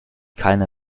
keine